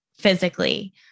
physically